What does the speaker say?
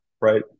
right